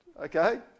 okay